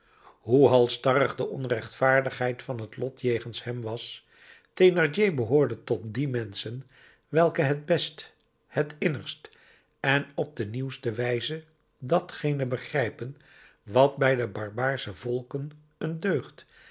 hoe halsstarrig de onrechtvaardigheid van het lot jegens hem was thénardier behoorde tot die menschen welke het best het innigst en op de nieuwste wijze datgene begrijpen wat bij de barbaarsche volken een deugd